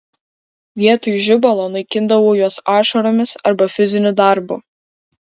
vietoj žibalo naikindavau juos ašaromis arba fiziniu darbu